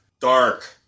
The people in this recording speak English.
Dark